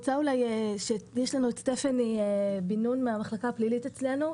יש לנו את סטפני בן-נון מהמחלקה הפלילית אצלנו.